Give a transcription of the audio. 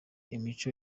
imico